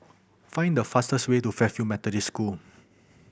find the fastest way to Fairfield Methodist School